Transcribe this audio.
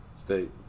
State